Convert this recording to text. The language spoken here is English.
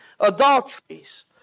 adulteries